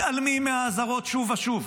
מתעלמים מהאזהרות שוב ושוב.